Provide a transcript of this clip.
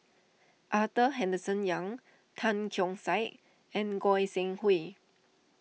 Arthur Henderson Young Tan Keong Saik and Goi Seng Hui